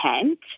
intent